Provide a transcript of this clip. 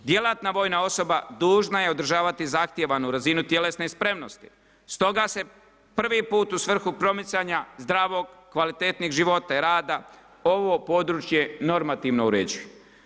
Djelatna vojna osoba dužna je održavati zahtijevanu razinu tjelesne spremnosti, stoga se prvi put u svrhu promicanja zdravog, kvalitetnijeg života i rada ovo područje normativno uređuje.